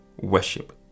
Worship